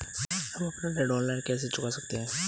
हम अपना ऋण ऑनलाइन कैसे चुका सकते हैं?